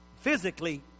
physically